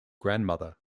grandmother